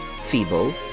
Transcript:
feeble